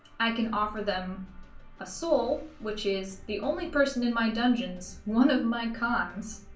i can offer them a soul which is the only person in my dungeons one of my cons